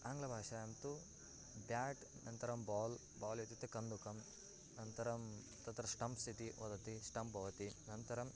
आङ्ग्लबाषायां तु ब्याट् अनन्तरं ball ball इत्युक्ते कन्दुकम् अनन्तरं तत्र स्टम्प् इति वदति स्टम्प् भवति अनन्तरम्